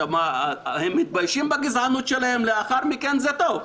הם מתביישים בגזענות שלהם לאחר מכן זה טוב,